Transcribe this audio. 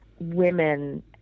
women